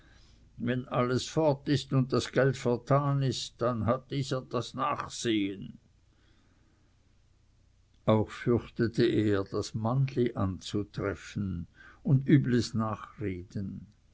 wenn alles fort ist und das geld vertan ist dann hat dieser das nachsehen auch fürchtete er das mannli anzutreffen und übles nachreden